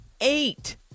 eight